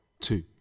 two